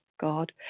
God